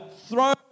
throw